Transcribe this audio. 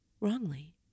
wrongly